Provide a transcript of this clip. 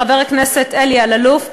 חבר הכנסת אלי אלאלוף,